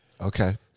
Okay